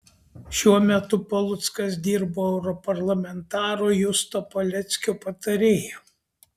šiuo metu paluckas dirbo europarlamentaro justo paleckio patarėju